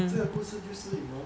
这个故事就是 you know